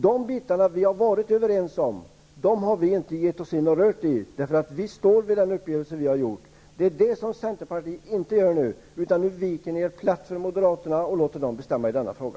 På de punkter som överenskommelsen omfattade har vi inte ändrat oss. Vi står för den uppgörelse som vi har träffat, men det gör inte centerpartiet nu, utan ni viker er för moderaterna och låter dem bestämma i denna fråga.